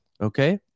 Okay